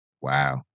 Wow